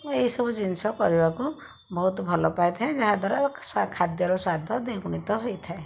ମୁଁ ଏଇସବୁ ଜିନିଷ କରିବାକୁ ବହୁତ ଭଲ ପାଇଥାଏ ଯାହାଦ୍ଵାରା ଖାଦ୍ୟର ସ୍ଵାଦ ଦ୍ୱିଗୁଣିତ ହୋଇଥାଏ